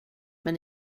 men